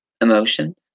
emotions